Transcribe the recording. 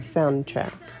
Soundtrack